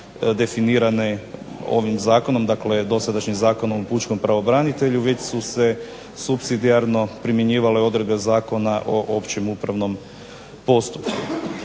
definirane ovim zakonom, dakle dosadašnjim Zakonom o pučkom pravobranitelju, već su se supsidijarno primjenjivale odredbe Zakona o općem upravnom postupku.